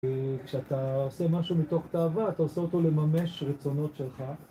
כשאתה עושה משהו מתוך תאווה, אתה עושה אותו לממש רצונות שלך